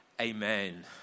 Amen